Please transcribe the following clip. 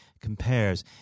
compares